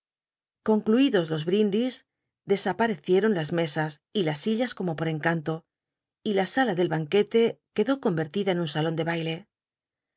concluidos los brindis dcsaparecieon las mesas y las sillas como por encanto y la sala del banquete quedó conrcrlida en un salon de baile